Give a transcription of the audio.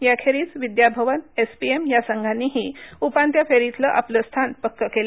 याखेरीज विद्याभवन एसपीएम या संघांनीही उपांत्य फेरीतलं अपलं स्थान पक्कं केलं